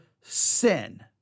sin